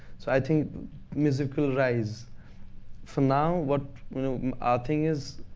so i think music will rise for now, what you know our thing is,